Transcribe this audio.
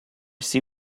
see